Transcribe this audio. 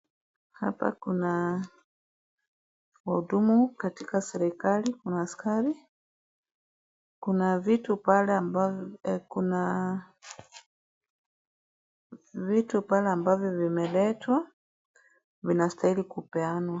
Hapa kuna wahudumu katika serikali, kuna askari, kuna vitu pale ambavyo vimeletwa, vinashatahili kupeanwa.